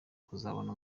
kuzabona